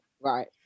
right